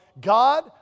God